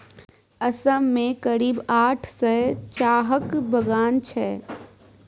असम मे करीब आठ सय चाहक बगान छै